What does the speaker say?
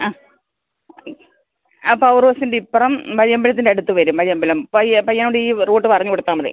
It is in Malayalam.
ആ ആ പവർ ഹൗസിൻറ്റിപ്പുറം വഴിയമ്പലത്തിൻ്റടുത്തു വരും വഴിയമ്പലം പയ്യൻ പയ്യനോടീ റൂട്ട് പറഞ്ഞു കൊടുത്താൽ മതി